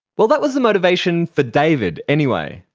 well, that was the motivation for david anyway.